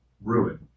ruin